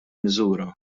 miżura